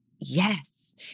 Yes